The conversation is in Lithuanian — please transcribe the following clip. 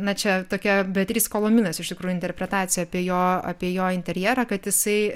na čia tokia beatris kolominos iš tikrųjų interpretacija apie jo apie jo interjerą kad jisai